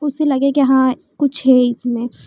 उसे लगे कि हाँ कुछ है इसमें